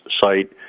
site